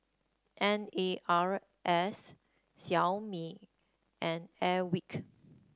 N A S Xiaomi and Airwick